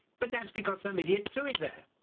but that's because some idiot threw it there.